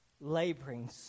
Laboring